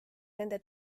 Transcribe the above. nende